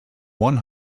one